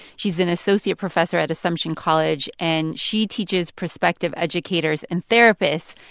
she's an associate professor at assumption college. and she teaches prospective educators and therapists,